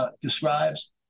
describes